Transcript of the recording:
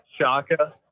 Shaka